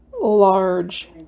large